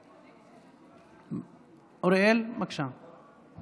אוריאל, בבקשה.